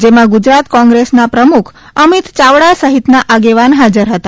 જેમાં ગુજરાત કોંગ્રેસના પ્રમુખ અમિત ચાવડા સહિતના આગેવાન હાજર હતા